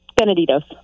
Benedito's